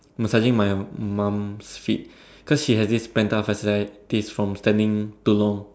massaging my mum's feet because she have this plantar fasciitis from standing too long